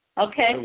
Okay